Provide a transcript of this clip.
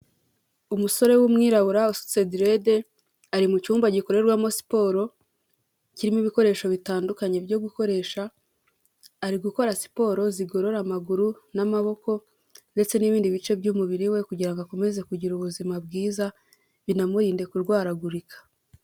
Umusore w'umwirabura ufite direde, ari mu cyumba gikorerwamo siporo kirimo ibikoresho bitandukanye byo gukoresha, ari gukora siporo zigorora amaguru n'amaboko ndetse n'ibindi bice by'umubiri we kugirango akomeze kugira ubuzima bwiza binamurinde kurwaragurika.